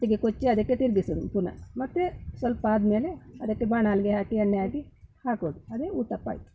ಒಟ್ಟಿಗೆ ಕೊಚ್ಚಿ ಅದಕ್ಕೆ ತಿರುಗಿಸುದು ಪುನಃ ಮತ್ತೆ ಸ್ವಲ್ಪ ಆದಮೇಲೆ ಅದಕ್ಕೆ ಬಾಣಲೆಗೆ ಹಾಕಿ ಎಣ್ಣೆ ಹಾಕಿ ಹಾಕೋದು ಅದೇ ಉತ್ತಪ್ಪ ಆಯಿತು